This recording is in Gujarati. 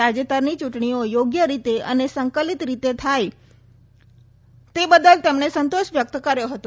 તાજેતરની ચુંટણીઓ યોગ્ય રીતે અને સંકલિત રીતે થયા બદલ તેમણે સંતોષ વ્યકત કર્યો હતો